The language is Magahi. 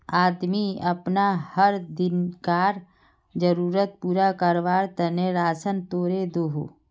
आदमी अपना हर दिन्कार ज़रुरत पूरा कारवार तने राशान तोड़े दोहों